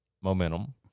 momentum